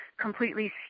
completely